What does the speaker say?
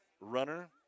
runner